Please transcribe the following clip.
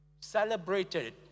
celebrated